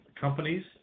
companies